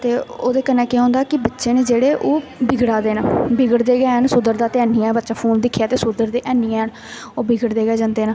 ते ओह्दे कन्नै केह् होंदा कि बच्चे न जेह्ड़े ओह् बिगड़ा दे न बिगड़दे गै हैन सुधरदा ते है निं ऐ बच्चा फोन दिक्खियै ते सुधरदे हैनिनी हैन ओह् बिगड़दे गै जंदे न